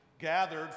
gathered